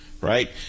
right